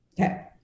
Okay